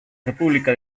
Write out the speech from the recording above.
república